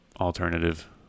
alternative